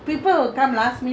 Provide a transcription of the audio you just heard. ah you try